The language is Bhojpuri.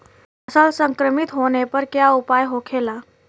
फसल संक्रमित होने पर क्या उपाय होखेला?